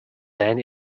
then